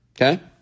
Okay